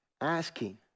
asking